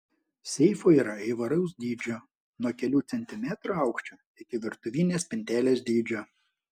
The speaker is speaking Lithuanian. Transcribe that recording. seifų yra įvairaus dydžio nuo kelių centimetrų aukščio iki virtuvinės spintelės dydžio